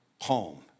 home